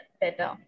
better